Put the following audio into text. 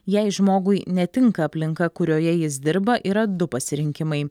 jei žmogui netinka aplinka kurioje jis dirba yra du pasirinkimai